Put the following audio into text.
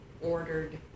ordered